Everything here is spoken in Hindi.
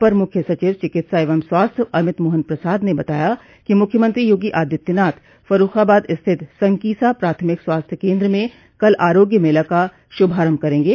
अपर मुख्य सचिव चिकित्सा एवं स्वास्थ्य अमित मोहन प्रसाद ने बताया कि मुख्यमंत्री योगी आदित्यनाथ फर्रूखाबाद स्थित संकीसा प्राथामिक स्वास्थ्य केन्द्र में कल आरोग्य मेला का शुभारम्भ करेंगे